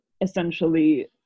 essentially